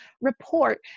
report